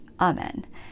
amen